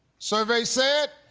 survey said.